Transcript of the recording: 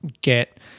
get